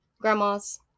grandmas